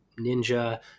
Ninja